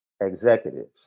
executives